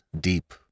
deep